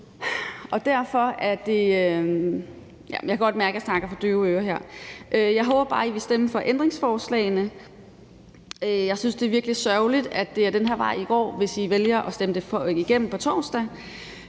Jeg håber bare, at I vil stemme for ændringsforslagene. Jeg synes, det er virkelig sørgeligt, at det er den her vej, i går, hvis I vælger at stemme det igennem på torsdag,